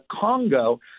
Congo